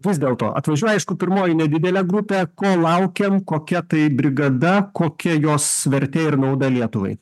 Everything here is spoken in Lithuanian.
vis dėlto atvažiuoja aišku pirmoji nedidelė grupė ko laukiam kokia tai brigada kokia jos vertė ir nauda lietuvai